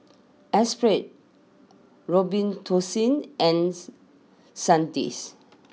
Espirit Robitussin ans Sandisk